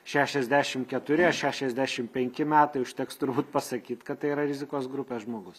šešiasdešim keturi ar šešiasdešim penki metai užteks turbūt pasakyt kad tai yra rizikos grupės žmogus